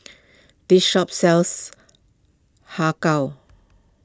this shop sells Har Kow